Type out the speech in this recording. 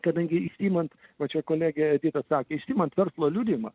kadangi išsiimant va čia kolegė edita sakė išsiimant verslo liudijimą